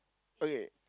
okay